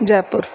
Jaipur